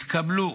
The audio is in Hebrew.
התקבלו